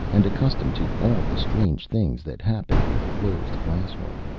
and accustomed to all the strange things that happened in the closed classroom.